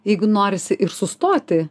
jeigu norisi ir sustoti